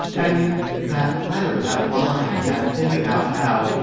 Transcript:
and that letter, that line, that thing about how,